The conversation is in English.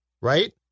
right